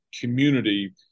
community